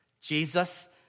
Jesus